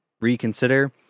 reconsider